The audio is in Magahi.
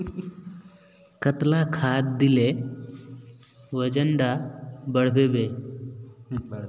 कतला खाद देले वजन डा बढ़बे बे?